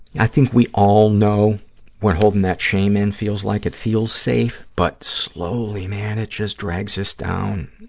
i think we all know what holding that shame in feels like. it feels safe, but slowly, man, it just drags us down.